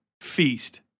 Feast